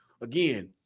Again